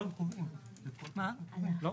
לא.